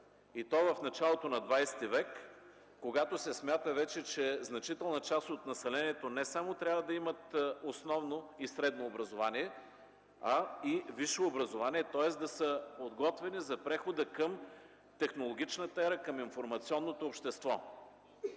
и то в началото на ХХІ век, когато се смята вече, че значителна част от населението не само трябва да има основно и средно образование, а и висше образование, тоест да са подготвени за прехода към технологичната ера, към информационното общество.